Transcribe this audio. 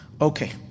Okay